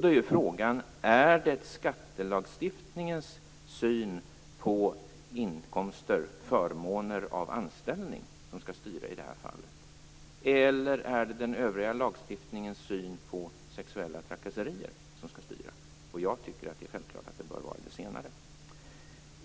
Då är frågan: Är det skattelagstiftningens syn på förmåner av anställning som skall styra i det här fallet, eller är det den övriga lagstiftningens syn på sexuella trakasserier som skall styra? Jag tycker att det är självklart att det bör vara det